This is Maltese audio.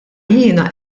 jiena